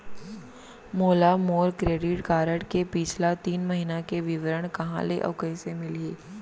मोला मोर credit card के पिछला तीन महीना के विवरण कहाँ ले अऊ कइसे मिलही?